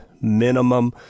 minimum